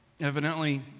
evidently